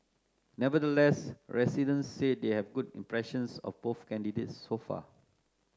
nevertheless residents said they have good impressions of both candidates so far